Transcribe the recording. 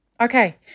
okay